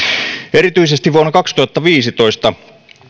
erityisesti vuonna kaksituhattaviisitoista